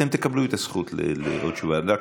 אתם תקבלו את הזכות לעוד שאלה.